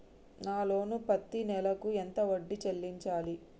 నా లోను పత్తి నెల కు ఎంత వడ్డీ చెల్లించాలి?